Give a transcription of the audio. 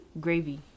gravy